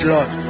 Lord